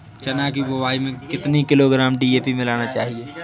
चना की बुवाई में कितनी किलोग्राम डी.ए.पी मिलाना चाहिए?